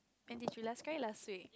when did you last cry last week